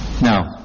Now